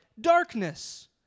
darkness